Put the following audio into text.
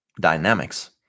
dynamics